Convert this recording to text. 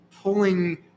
pulling